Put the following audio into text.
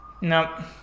No